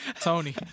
Tony